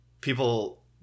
people